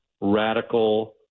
radical